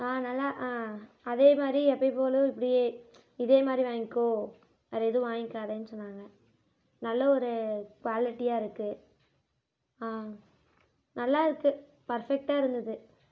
ஆ நல்லா ஆ அதே மாதிரி எப்போயும் போல இப்படியே இதே மாதிரி வாங்கிக்கோ வேற எதுவும் வாங்கிக்காதன் சொன்னாங்க நல்ல ஒரு க்வாலிட்டியாக இருக்குது ஆ நல்லா இருக்குது பர்ஃபெக்டாக இருந்தது